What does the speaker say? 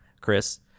Chris